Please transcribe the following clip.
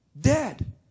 dead